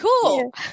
cool